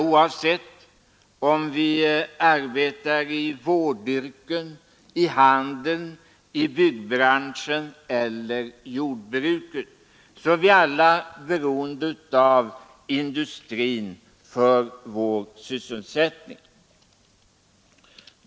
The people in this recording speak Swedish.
Oavsett om vi arbetar i vårdyrken, i handeln, i byggbranschen eller jordbruket är vi alla beroende av industrin för vår sysselsättning.